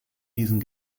diesen